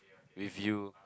with you